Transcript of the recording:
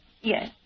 Yes